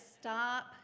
stop